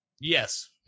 Yes